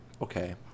okay